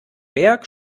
berg